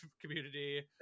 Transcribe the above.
community